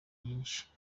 nyinshi